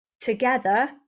together